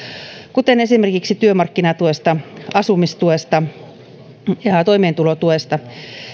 kuten esimerkiksi työmarkkinatuesta asumistuesta ja toimeentulotuesta